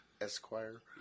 Esquire